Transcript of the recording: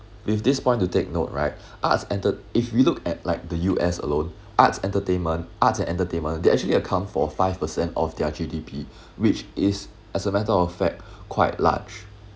with this point to take note right arts entert~ if you look at like the U_S alone arts entertainment arts and entertainment they actually account for five percent of their G_D_P which is as a matter of fact quite large